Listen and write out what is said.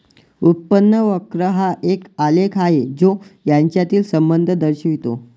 उत्पन्न वक्र हा एक आलेख आहे जो यांच्यातील संबंध दर्शवितो